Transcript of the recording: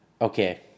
Okay